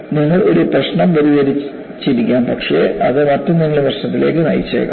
നിങ്ങൾ ഒരു പ്രശ്നം പരിഹരിച്ചിരിക്കാം പക്ഷേ അത് മറ്റെന്തെങ്കിലും പ്രശ്നത്തിലേക്ക് നയിച്ചേക്കാം